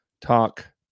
talk